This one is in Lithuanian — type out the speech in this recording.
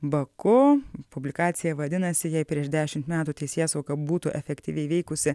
baku publikacija vadinasi jei prieš dešimt metų teisėsauga būtų efektyviai veikusi